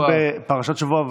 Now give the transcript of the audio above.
אנחנו בפרשת השבוע וארא,